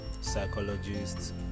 psychologists